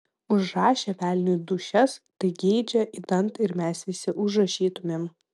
užrašę velniui dūšias tai geidžia idant ir mes visi užrašytumėm